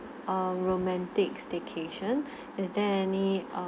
a romantic staycation is there any err